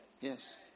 Yes